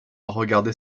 regarder